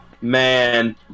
Man